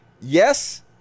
yes